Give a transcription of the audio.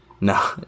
No